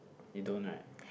you don't right